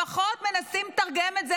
לפחות מנסים לתרגם את זה,